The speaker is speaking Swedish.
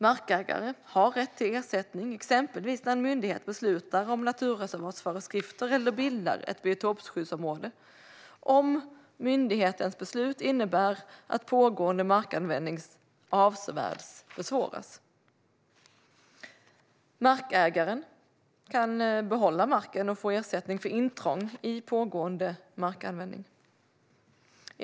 Markägare har rätt till ersättning exempelvis när en myndighet beslutar om naturreservatsföreskrifter eller bildar ett biotopskyddsområde om myndighetens beslut innebär att pågående markanvändning avsevärt försvåras. Markägaren kan behålla marken och få ersättning för intrång i pågående markanvändning.